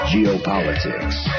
Geopolitics